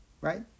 Right